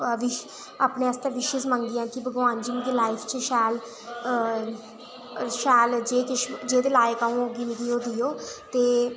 विश अपने आस्तै विशिज मंगियां ते भगवान जी मिगी लाइफ च शैल जेह् किश जेह्दे लाईक अ'ऊं होगी मिगी देओ